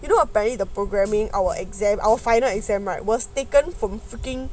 you know aparently programming our exam our final exam right was taken from freaking